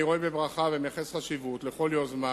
אני רואה בברכה ומייחס חשיבות לכל יוזמה